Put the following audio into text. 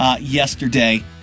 yesterday